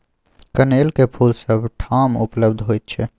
कनेलक फूल सभ ठाम उपलब्ध होइत छै